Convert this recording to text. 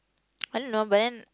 I don't know but then